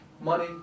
money